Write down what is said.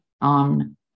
on